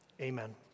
Amen